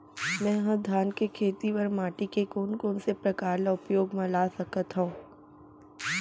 मै ह धान के खेती बर माटी के कोन कोन से प्रकार ला उपयोग मा ला सकत हव?